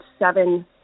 seven